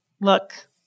look